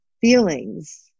feelings